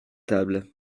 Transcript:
table